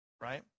right